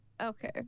Okay